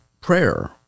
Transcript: prayer